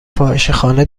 فاحشهخانه